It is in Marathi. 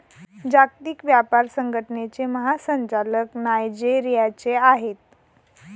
जागतिक व्यापार संघटनेचे महासंचालक नायजेरियाचे आहेत